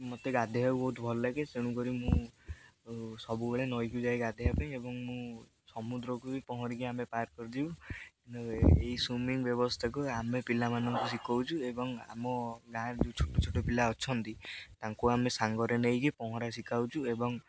ମୋତେ ଗାଧେଇବାକୁ ବହୁତ ଭଲଲାଗେ ତେଣୁକରି ମୁଁ ସବୁବେଳେ ନଈକୁ ଯାଇ ଗାଧେଇବା ପାଇଁ ଏବଂ ମୁଁ ସମୁଦ୍ରକୁ ବି ପହଁରିକି ଆମେ ପାର କରିଦେବୁ ଏହି ସୁଇମିଂ ବ୍ୟବସ୍ଥାକୁ ଆମେ ପିଲାମାନଙ୍କୁ ଶିଖଉଛୁ ଏବଂ ଆମ ଗାଁରେ ଯେଉଁ ଛୋଟ ଛୋଟ ପିଲା ଅଛନ୍ତି ତାଙ୍କୁ ଆମେ ସାଙ୍ଗରେ ନେଇକି ପହଁରା ଶିଖଉଛୁ ଏବଂ